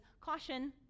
caution